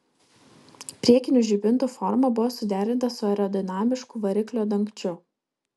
priekinių žibintų forma buvo suderinta su aerodinamišku variklio dangčiu